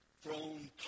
thrown